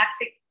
toxic